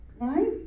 Right